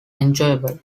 enjoyable